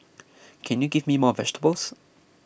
can you give me more vegetables